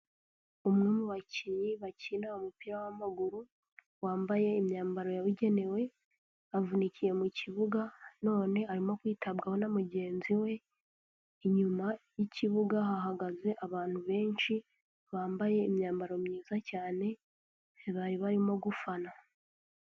Umwe mu bakinnyi bakina umupira w'amaguru wambaye imyambaro yabugenewe avunikiye mu kibuga none arimo kwitabwaho na mugenzi we, inyuma y'ikibuga hahagaze abantu benshi bambaye imyambaro myiza cyane bari barimo gufana.